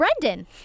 Brendan